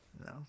no